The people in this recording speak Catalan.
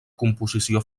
composició